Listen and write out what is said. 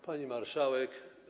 Pani Marszałek!